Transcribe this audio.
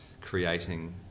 creating